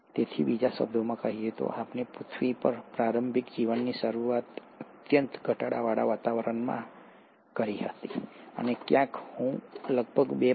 તેથી બીજા શબ્દોમાં કહીએ તો આપણે પૃથ્વી પર પ્રારંભિક જીવનની શરૂઆત અત્યંત ઘટાડાવાળા વાતાવરણમાં કરી હતી અને ક્યાંક હું લગભગ 2